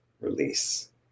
release